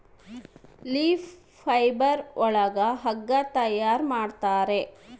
leaf fibre ಒಳಗ ಹಗ್ಗ ತಯಾರ್ ಮಾಡುತ್ತಾರೆ